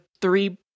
three